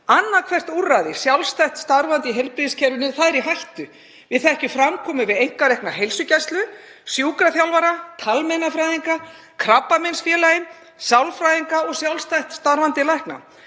Annað hvert úrræði sjálfstætt starfandi aðila í heilbrigðiskerfinu er í hættu. Við þekkjum framkomu við einkarekna heilsugæslu, sjúkraþjálfara, talmeinafræðinga, Krabbameinsfélagið, sálfræðinga og sjálfstætt starfandi lækna.